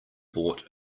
bought